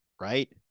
right